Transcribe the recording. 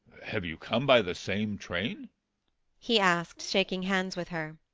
have you come by the same train he asked, shaking hands with her.